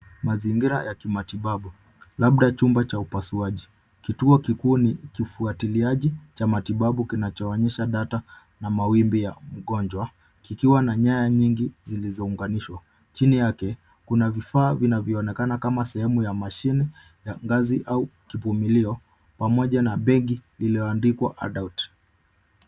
Mazingira ya kimatibabu labda chumba cha upasuaji. Kituo kikuu ni kifuatiliaji cha matibabu kinachoonyesha data na mawimbi ya mgonjwa kikiwa na nyaya nyingi zilizounganishwa. Chini yake kuna vifaa vinavyoonekana kama sehemu ya mashine ya ngazi au kipumilio pamoja na begi lililoandikwa adult .